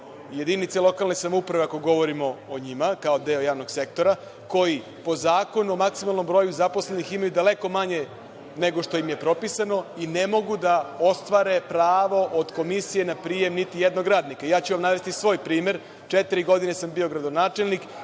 jedinice lokalne samouprave, ako govorimo o njima, kao deo javnog sektora, koji po Zakonu o maksimalnom broju zaposlenih imaju daleko manje nego što im je propisano i ne mogu da ostvare pravo od komisije na prijem niti jednog radnika. Ja ću vam navesti svoj primer. Četiri godine sam bio gradonačelnik.